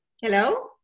Hello